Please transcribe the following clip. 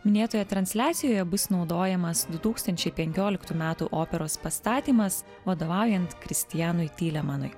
minėtoje transliacijoje bus naudojamas du tūkstančiai penkioliktų metų operos pastatymas vadovaujant kristianui tylemanui